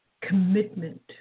commitment